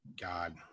God